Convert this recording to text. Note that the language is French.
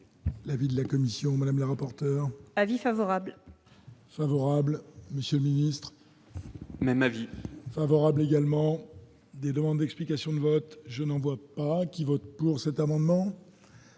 l'avis de la commission Madame la rapporteur avis favorable, favorable, monsieur Ministre même avis. Favorable également des demandes d'explications de vote, je n'en vois pas qui votent pour cet amendement.